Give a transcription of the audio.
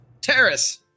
Terrace